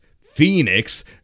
Phoenix